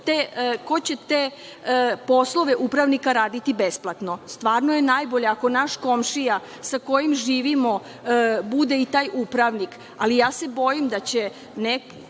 ko će te poslove upravnika raditi besplatno. Stvarno je najbolje ako naš komšija sa kojim živimo bude i taj upravnik, ali ja se bojim, ko će